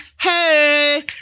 Hey